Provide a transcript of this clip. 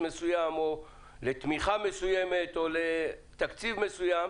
מסוים או לתמיכה מסוימת או לתקציב מסוים,